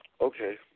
Okay